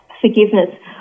forgiveness